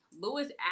Lewis